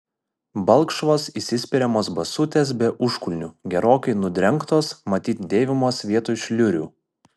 balkšvos įsispiriamos basutės be užkulnių gerokai nudrengtos matyt dėvimos vietoj šliurių